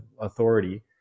authority